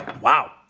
Wow